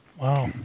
wow